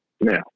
now